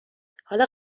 حالا